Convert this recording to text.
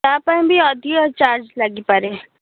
ତା ପାଇଁ ବି ଅଧିକ ଚାର୍ଜ ଲାଗିପାରେ